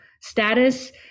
status